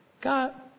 God